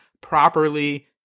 properly